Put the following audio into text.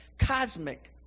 cosmic